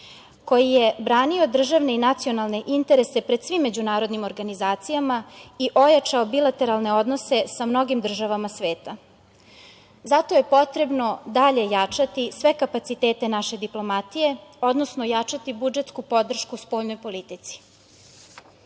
koji je branio državne i nacionalne interese pred svim međunarodnim organizacijama i ojačao bilateralne odnose sa mnogim državama sveta. Zato je potrebno dalje jačati sve kapacitete naše diplomatije, odnosno jačati budžetsku podršku spoljnoj politici. Dobro